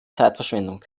zeitverschwendung